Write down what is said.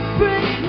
break